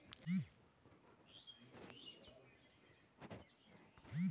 ऋण चुकौती के पैसा हर बार जमा कईला पर भुगतान के मालूम चाही की ना?